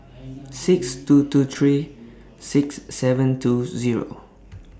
six two two three six seven two Zero